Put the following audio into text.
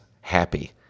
happy